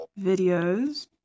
videos